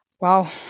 Wow